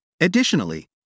Additionally